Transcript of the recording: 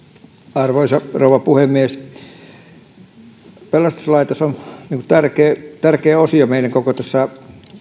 arvoisa rouva puhemies pelastuslaitos on tärkeä tärkeä osio koko tässä